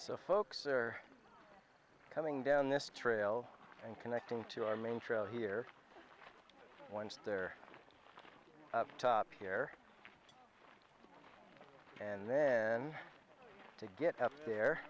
so folks are coming down this trail and connecting to our main trail here once they're top here and then to get up there